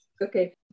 Okay